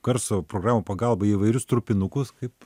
garso programų pagalba į įvairius trupinukus kaip